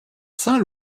saint